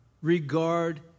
Regard